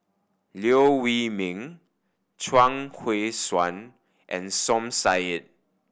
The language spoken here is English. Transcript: Liew Wee Mee Chuang Hui Tsuan and Som Said